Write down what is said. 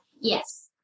Yes